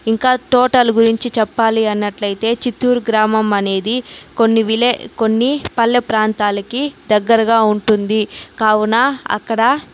ఇంకా తోటల గురించి చెప్పాలి అన్నట్లయితే చిత్తూరు గ్రామం అనేది కొన్ని విలే కొన్ని పల్లె ప్రాంతాలకి దగ్గరగా ఉంటుంది కావున అక్కడ